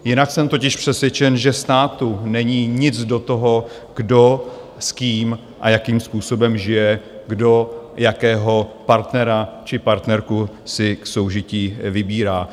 Jinak jsem totiž přesvědčen, že státu není nic do toho, kdo s kým a jakým způsobem žije, kdo jakého partnera či partnerku si k soužití vybírá.